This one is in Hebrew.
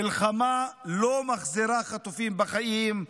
מלחמה לא מחזירה חטופים בחיים,